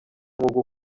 umwuga